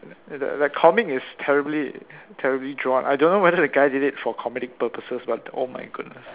the comic is terribly terribly drawn I don't know whether the guy did it for comedic purposes but oh my goodness